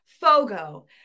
FOGO